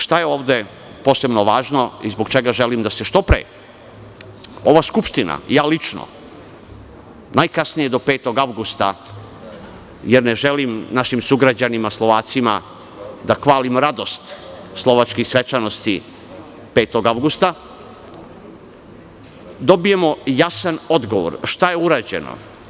Šta je ovde posebno važno i zbog četa želim da što pre Skupština i ja lično najkasnije do 5. avgusta, jer ne želim našim sugrađanima Slovacima da kvarim radost slovačkih svečanosti 5. avgusta, dobijemo jasan odgovor šta je urađeno?